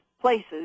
places